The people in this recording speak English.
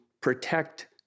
protect